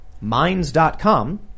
Minds.com